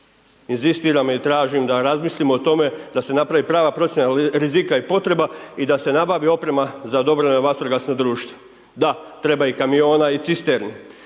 Inzistiram i tražim da razmislimo o tome da se napravi prava procjena rizika i potreba i da se nabavi oprema za dobrovoljna vatrogasna društva. Da, treba i kamiona i cisterni.